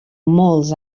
molts